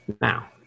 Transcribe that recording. Now